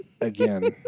again